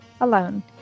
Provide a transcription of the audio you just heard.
alone